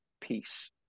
peace